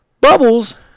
Bubbles